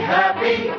happy